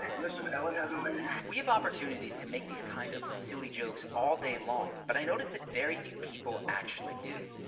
listen, ellen had to leave. we have opportunities to make these kinds kind of silly jokes all day long but i noticed that very few people actually do.